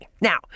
now